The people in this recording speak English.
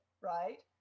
right